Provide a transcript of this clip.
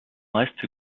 reste